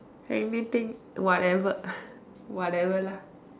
anything whatever whatever lah